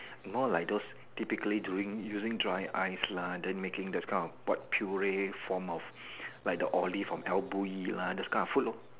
more like those typically during using dry ice lah then making those kind what puree form of like the olive from like those kind of food lor